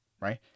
Right